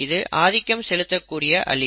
இது ஆதிக்கம் செலுத்தக் கூடிய அலீல்